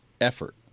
effort